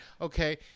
okay